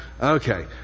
Okay